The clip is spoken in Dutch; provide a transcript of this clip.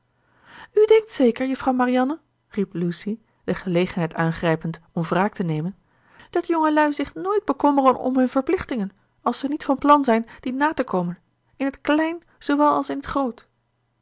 u denkt zeker juffrouw marianne riep lucy de gelegenheid aangrijpend om wraak te nemen dat jongelui zich nooit bekommeren om hun verplichtingen als ze niet van plan zijn die na te komen in t klein zoowel als in t groot